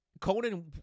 Conan